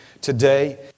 today